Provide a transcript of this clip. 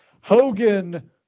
Hogan